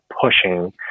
pushing